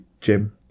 Jim